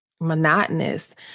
monotonous